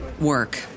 work